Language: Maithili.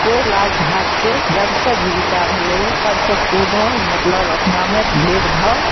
कोइ लाज धाकके जब से जीबिका भेलैये तब से कोनो मतलब अपनामे भेद भाव